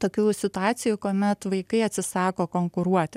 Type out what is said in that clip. tokių situacijų kuomet vaikai atsisako konkuruoti